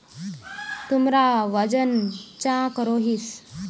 तुमरा वजन चाँ करोहिस?